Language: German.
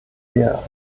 hier